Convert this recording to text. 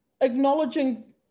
acknowledging